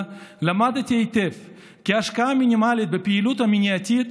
למדתי היטב כי השקעה מינימלית בפעילות מניעתית